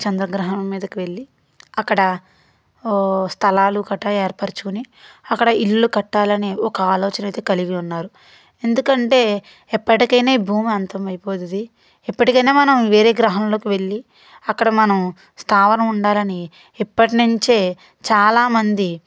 చంద్రగ్రహణం మీదకు వెళ్ళి అక్కడ స్థలాలు కటా ఏర్పరచుకుని అక్కడ ఇల్లులు కట్టాలని ఒక ఆలోచన అయితే కలిగి ఉన్నారు ఎందుకంటే ఎప్పటికైనా ఈ భూమి అంతం అయిపోతుంది ఎప్పటికైనా మనం వేరే గ్రహంలోకి వెళ్ళి అక్కడ మనం స్థావరం ఉండాలని ఇప్పటి నించే చాలా మంది